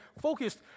focused